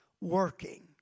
working